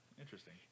Interesting